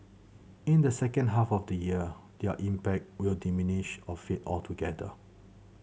in the second half of the year their impact will diminish or fade altogether